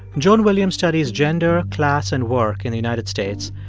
joan williams studies gender, class and work in the united states.